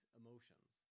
emotions